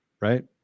Right